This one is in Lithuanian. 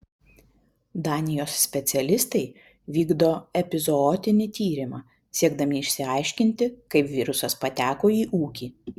danijos specialistai vykdo epizootinį tyrimą siekdami išsiaiškinti kaip virusas pateko į ūkį